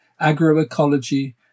agroecology